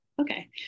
Okay